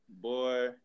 boy